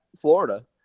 Florida